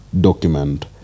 document